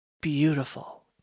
beautiful